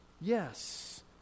Yes